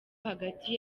hagati